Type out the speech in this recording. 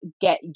get